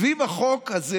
סביב החוק הזה,